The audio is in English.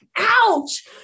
Ouch